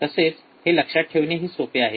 तसेच हे लक्षात ठेवणे ही सोपे आहे